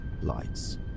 lights